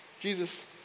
Jesus